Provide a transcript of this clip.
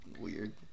weird